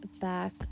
back